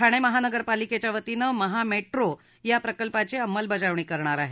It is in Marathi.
ठाणे महानगरपालिकेच्या वतीनं महा मेट्रो या प्रकल्पाची अंमलबजावणी करणार आहे